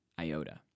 Iota